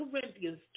Corinthians